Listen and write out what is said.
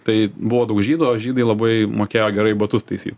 tai buvo daug žydų o žydai labai mokėjo gerai batus taisyt